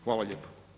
Hvala lijepo.